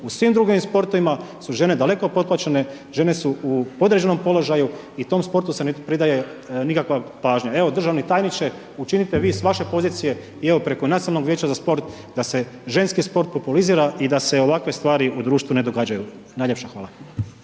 U svim drugim sportovima su žene daleko potplaćene, žene su u podređenom položaju i tom sportu se ne pridaje nikakva pažnja. Evo, državni tajniče učinite vi s vaše pozicije i evo preko Nacionalnog vijeća za sport da se ženski populizira i da se ovakve stvari u društvu ne događaju. Najljepša hvala.